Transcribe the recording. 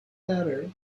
better